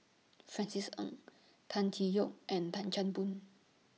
Francis Ng Tan Tee Yoke and Tan Chan Boon